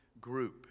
group